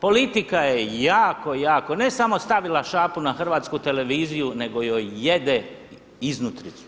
Politika je jako, jako, ne samo stavila šapu na hrvatsku televiziju nego joj jede iznutricu.